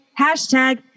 hashtag